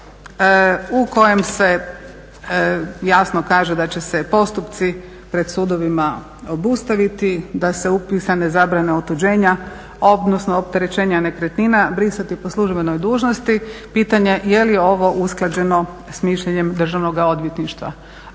u kojem se jasno kaže da će se postupci pred sudovima obustaviti, da će se upisane zabrane otuđenja odnosno opterećenja nekretnina brisati po službenoj dužnosti. Pitanje je je li ovo usklađeno s mišljenjem Državnog odvjetništva